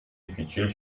dificil